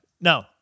No